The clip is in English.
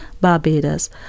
Barbados